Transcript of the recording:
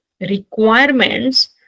requirements